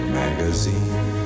magazine